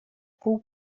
pół